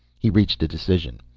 he reached a decision.